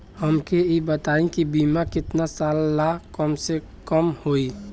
हमके ई बताई कि बीमा केतना साल ला कम से कम होई?